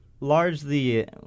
largely